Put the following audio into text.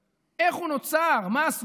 אבל צריך להבין מה זה עם ישראל,